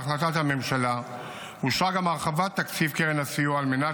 בהחלטת הממשלה אושרה גם הרחבת תקציב קרן הסיוע על מנת